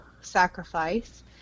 sacrifice